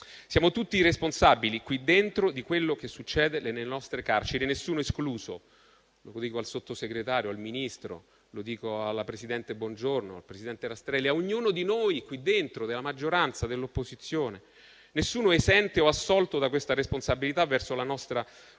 Siamo tutti i responsabili, qui dentro, di quello che succede nelle nostre carceri, nessuno escluso. Lo dico al Sottosegretario e al Ministro, lo dico alla presidente Bongiorno e al senatore Rastrelli, a ognuno di noi qui dentro, della maggioranza e dell'opposizione: nessuno è esente o assolto da questa responsabilità verso la nostra